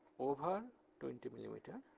over twenty millimeter